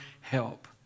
help